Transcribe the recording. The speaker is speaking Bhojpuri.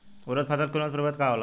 उरद फसल के उन्नत प्रभेद का होला?